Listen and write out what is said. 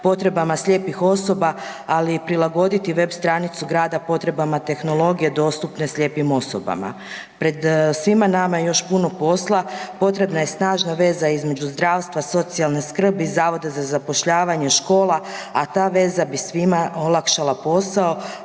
potrebama slijepih osoba, ali i prilagoditi web stranicu grada potrebama tehnologije dostupne slijepim osobama. Pred svima nama još je puno posla, potrebna je snažna veza između zdravstva, socijalne skrbi, zavoda za zapošljavanje, škola, a ta veza bi svima olakšala posao,